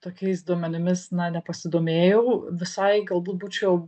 tokiais duomenimis na nepasidomėjau visai galbūt būčiau